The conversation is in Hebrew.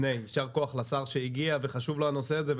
יישר כוח לשר שהגיע לכאן והנושא הזה חשוב לו.